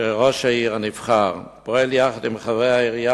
שראש העיר הנבחר פועל יחד עם חברי העירייה